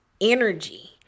energy